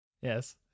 Yes